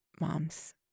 moms